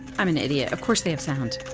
i'm an idiot. of course they have sound